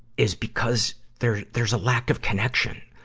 is because there, there's a lack of connection.